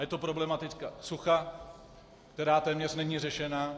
A je to problematika sucha, která téměř není řešena.